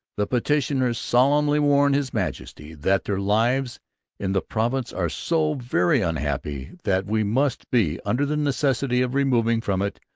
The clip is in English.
the petitioners solemnly warn his majesty that their lives in the province are so very unhappy that we must be under the necessity of removing from it,